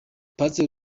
pasitoro